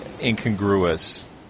incongruous